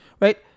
right